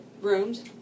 rooms